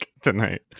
tonight